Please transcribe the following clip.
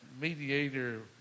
mediator